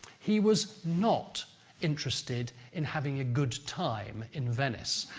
he was not interested in having a good time in venice.